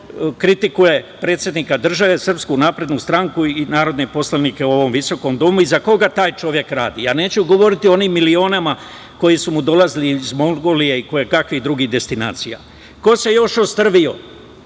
vidite ko kritikuje predsednika države, SNS i narodne poslanike u ovom visokom domu i za koga taj čovek radi. Ja neću govoriti o onim milionima koji su mu dolazili iz Mongolije i kojekakvih drugih destinacija. Ko se još ostrvio